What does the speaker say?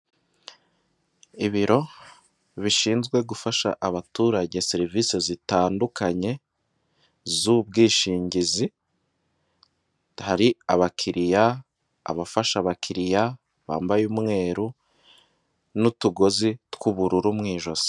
Ibiro bishinzwe gufasha abaturage serivisi zitandukanye z'ubwishingizi, hari abakiriya, abafasha abakiriya bambaye umweru n'utugozi tw'ubururu mu ijosi.